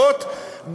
וחשובות,